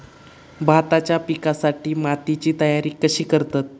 भाताच्या पिकासाठी मातीची तयारी कशी करतत?